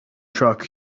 truck